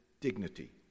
dignity